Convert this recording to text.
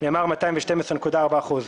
נאמר "212.4%".